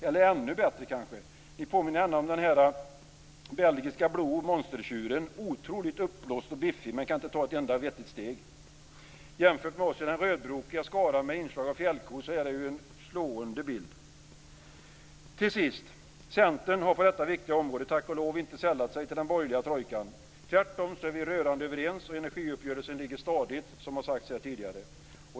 Eller ännu bättre: Ni påminner om den belgiska blå monstertjuren, som är otroligt uppblåst och biffig men kan inte ta ett enda vettigt steg. Jämfört med oss i den rödbrokiga skaran med inslag av fjällkon är det en slående bild. Till sist: Centern har på detta viktiga område tack och lov inte sällat sig till den borgerliga trojkan. Tvärtom är vi rörande överens, och energiuppgörelsen ligger stadigt, vilket också har sagts här tidigare.